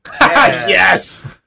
Yes